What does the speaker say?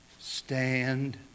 Stand